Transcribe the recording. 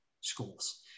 schools